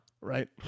right